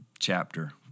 Chapter